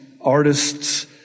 artists